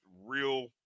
real